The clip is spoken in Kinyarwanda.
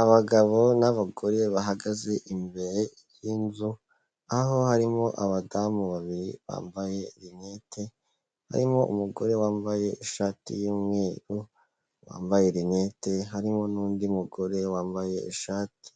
Abagabo n'abagore bahagaze imbere y'inzu, aho harimo abadamu babiri bambaye rinete, barimo umugore wambaye ishati y'umweru, wambaye rinete, harimo n'undi mugore wambaye ishati